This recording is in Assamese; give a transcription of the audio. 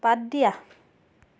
বাদ দিয়া